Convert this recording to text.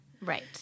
Right